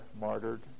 martyred